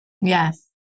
Yes